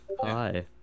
Hi